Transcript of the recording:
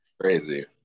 crazy